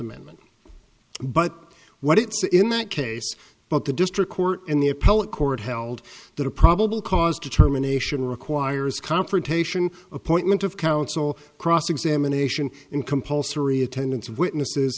amendment but what it says in that case but the district court and the appellate court held that a probable cause determination requires confrontation appointment of counsel cross examination in compulsory attendance of witnesses